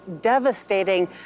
devastating